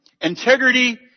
integrity